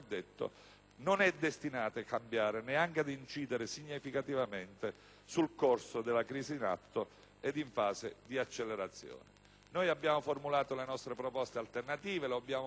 non è destinato a cambiare, né ad incidere significativamente sul costo della crisi in atto e in fase di accelerazione. Abbiamo formulato le nostre proposte alternative, come abbiamo fatto